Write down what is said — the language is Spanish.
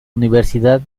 universidad